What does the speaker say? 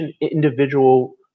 individual